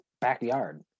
backyard